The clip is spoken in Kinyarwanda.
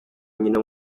nyina